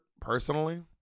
personally